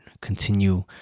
Continue